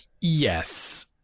yes